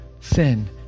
sin